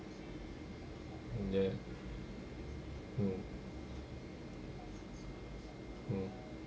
ya mm mm